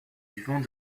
vivant